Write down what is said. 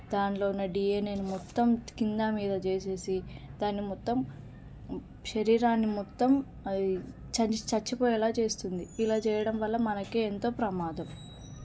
దానిలో ఉన్న డీఎన్ఏని మొత్తం కిందా మీద చేసేసి దాన్ని మొత్తం శరీరాన్ని మొత్తం అది చచ్చి చచ్చిపోయేలా చేస్తుంది ఇలా చేయడం వల్ల మనకి ఎంతో ప్రమాదం